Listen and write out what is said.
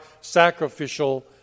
sacrificial